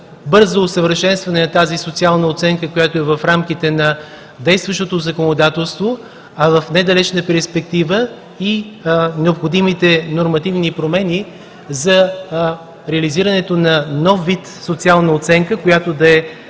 бързо усъвършенстване на социалната оценка, която е в рамките на действащото законодателство, а в недалечна перспектива и необходимите нормативни промени за реализирането на нов вид социална оценка, която да е